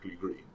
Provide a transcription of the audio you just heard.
green